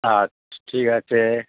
আচ্ছা ঠিক আছে